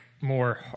more